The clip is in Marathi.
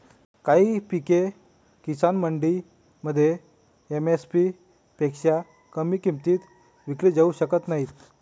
काही पिके किसान मंडईमध्ये एम.एस.पी पेक्षा कमी किमतीत विकली जाऊ शकत नाहीत